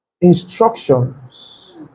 instructions